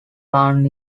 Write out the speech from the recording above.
lon